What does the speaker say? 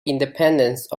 independence